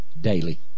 daily